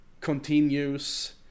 continues